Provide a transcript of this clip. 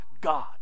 God